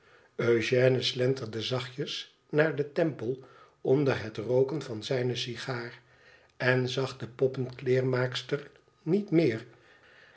eugène slenterde zachtjes naar den temple onder het rooken van zijne sigaar en zag de poppenkleermaakster niet meer